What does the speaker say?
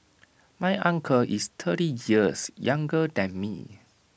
my uncle is thirty years younger than me